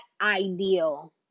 ideal